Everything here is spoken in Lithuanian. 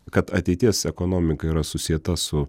kad ateities ekonomika yra susieta su